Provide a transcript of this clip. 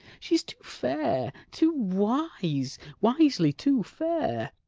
she is too fair, too wise wisely too fair,